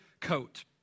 coat